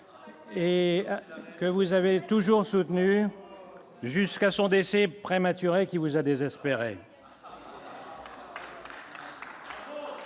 et que vous avez toujours soutenu jusqu'à son décès prématurés qui vous à désespérer.